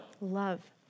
Love